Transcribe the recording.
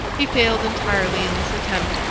he failed entirely in this attempt,